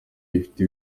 ifite